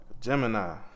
Gemini